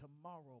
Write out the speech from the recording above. tomorrow